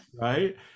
Right